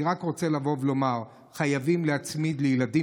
אני רק רוצה לומר שחייבים להצמיד לילדים